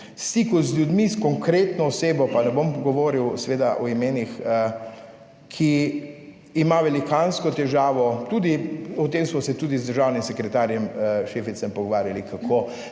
stiku z ljudmi, s konkretno osebo, pa ne bom govoril seveda o imenih, ki ima velikansko težavo, tudi o tem smo se tudi z državnim sekretarjem Šeficem pogovarjali, kako